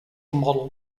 model